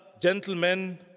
gentlemen